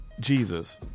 Jesus